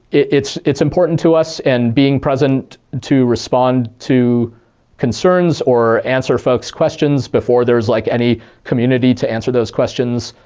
it's it's important to us, and being present to respond to concerns or answer folks' questions before there's, like, any community to answer those questions.